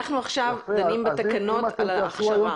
אנחנו עכשיו דנים בתקנות על ההכשרה.